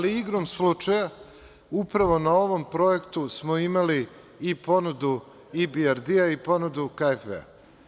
Igrom slučaja upravo na ovom projektu smo imali i ponudu IBRD i ponudu KfW.